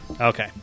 Okay